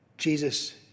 Jesus